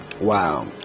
wow